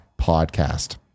podcast